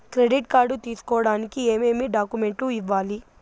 credit card తీసుకోడానికి ఏమేమి డాక్యుమెంట్లు ఇవ్వాలి